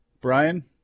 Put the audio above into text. Brian